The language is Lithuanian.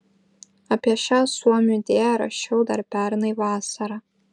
apie šią suomių idėją rašiau dar pernai vasarą